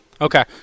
Okay